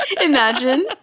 Imagine